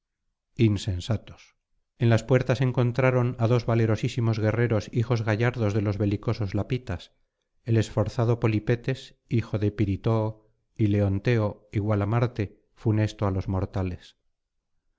insensatos en las puertas encontraron á dos valentísimos guerreros hijos gallardos de los belicosos lapitas el esforzado polipetes hijo de pirítoo y leonteo igual á marte funesto á los mortales